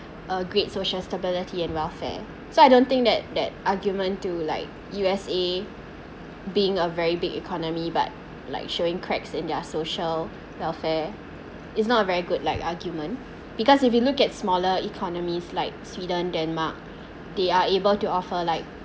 a great social stability and welfare so I don't think that that argument to like U_S_A being a very big economy but like showing cracks in their social welfare is not a very good like argument because if you look at smaller economies like sweden denmark they are able to offer like